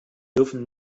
dürfen